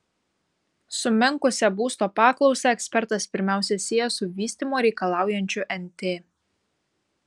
sumenkusią būsto paklausą ekspertas pirmiausia sieja su vystymo reikalaujančiu nt